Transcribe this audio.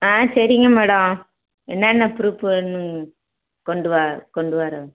ஆ சரிங்க மேடம் என்னென்ன புரூஃபு வேணும் கொண்டு வார கொண்டு வரணும்